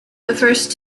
first